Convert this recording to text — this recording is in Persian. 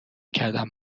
کردم